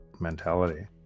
mentality